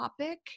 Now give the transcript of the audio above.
topic